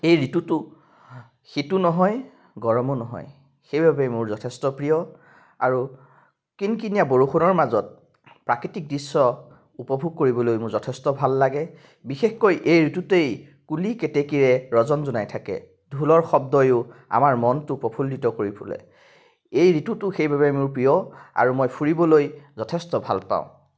এই ঋতুটো শীতো নহয় গৰমো নহয় সেইবাবে মোৰ যথেষ্ট প্ৰিয় আৰু কিনকিনীয়া বৰষুণৰ মাজত প্ৰাকৃতিক দৃশ্য উপভোগ কৰিবলৈ মোৰ যথেষ্ট ভাল লাগে বিশেষকৈ এই ঋতুতেই কুলি কেতেকীৰে ৰজনজনাই থাকে ঢোলৰ শব্দয়ো আমাৰ মনটো প্ৰফুল্লিত কৰি তুলে এই ঋতুটো সেইবাবে মোৰ প্ৰিয় আৰু মই ফুৰিবলৈ যথেষ্ট ভাল পাওঁ